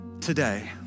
today